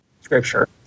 scripture